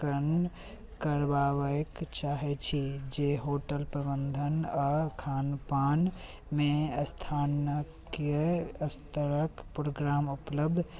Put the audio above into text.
करबाबै चाहै छी जे होटल प्रबन्धन आओर खानपानमे अस्नातके अस्तरके प्रोग्राम